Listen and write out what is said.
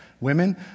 Women